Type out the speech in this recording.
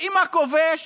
אם הכובש